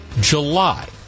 July